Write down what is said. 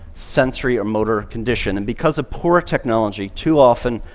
sensory or motor condition, and because of poor technology, too often,